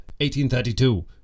1832